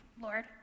Lord